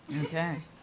okay